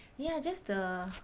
ya just the